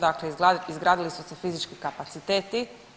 Dakle, izgradili su se fizički kapaciteti.